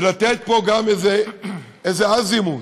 לתת פה גם איזה אזימוט,